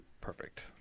perfect